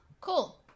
cool